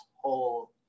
whole